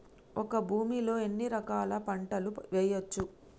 ఒక భూమి లో ఎన్ని రకాల పంటలు వేయచ్చు?